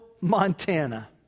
Montana